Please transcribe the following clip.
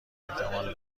احتمال